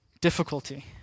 Difficulty